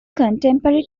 contemporary